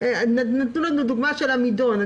נתנו לנו דוגמה של עמידון.